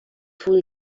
پول